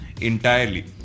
entirely